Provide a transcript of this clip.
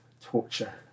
torture